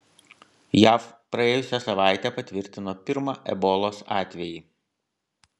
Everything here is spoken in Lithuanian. jav praėjusią savaitę patvirtino pirmą ebolos atvejį